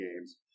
games